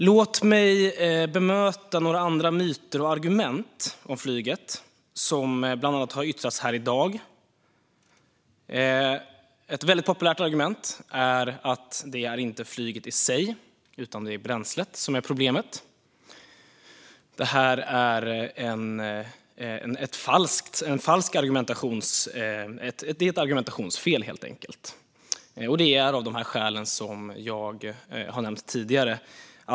Låt mig bemöta några andra myter och argument om flyget som bland annat har yttrats här i dag. Ett väldigt populärt argument är att det inte är flyget i sig utan bränslet som är problemet. Det är helt enkelt ett argumentationsfel, och det av de skäl som jag har nämnt tidigare.